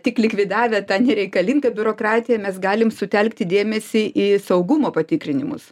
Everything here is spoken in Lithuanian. tik likvidavę tą nereikalingą biurokratiją mes galime sutelkti dėmesį į saugumo patikrinimus